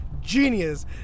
Genius